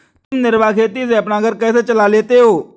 तुम निर्वाह खेती से अपना घर कैसे चला लेते हो?